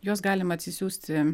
juos galima atsisiųsti